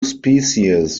species